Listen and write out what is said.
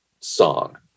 song